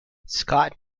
scott